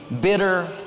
bitter